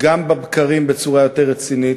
גם בבקרים בצורה יותר רצינית,